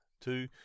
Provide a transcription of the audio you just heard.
two